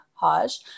Hajj